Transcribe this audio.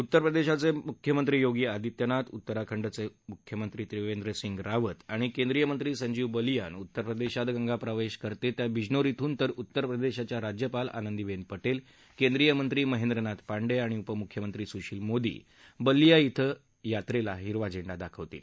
उत्तर प्रदेशचे मुख्यमंत्री योगी आदित्यनाथ उत्तराखंडचे मुख्यमंत्री त्रिवेंद्रसिंग रावत आणि केंद्रीय मंत्री संजीव बलियान उत्तर प्रदेशात गंगा प्रवेश करते त्या बिजनोर इथून तर उत्तर प्रदेशाच्या राज्यपाल आनंदीबेन पटेल केंद्रीय मंत्री महेंद्रनाथ पांडे आणि उपमुख्यमंत्री सुशील मोदी बल्लीआ इथं यात्रेला हिरवा झेंडा दाखवतील